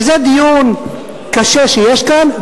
שזה דיון קשה שיש כאן.